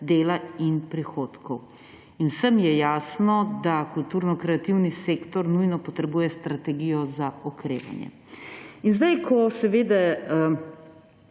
dela in prihodkov. In vsem je jasno, da kulturno-kreativni sektor nujno potrebuje strategijo za okrevanje. Zdaj, ko se seveda